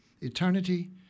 Eternity